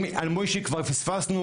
אם על מויישי כבר פספסנו,